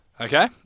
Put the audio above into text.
Okay